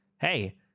Hey